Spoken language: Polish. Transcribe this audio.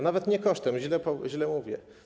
Nawet nie kosztem, źle mówię.